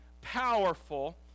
powerful